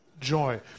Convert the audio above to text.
joy